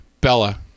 Bella